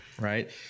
right